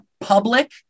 public